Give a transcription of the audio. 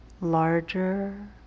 larger